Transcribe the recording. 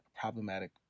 problematic